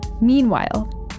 Meanwhile